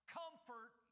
comfort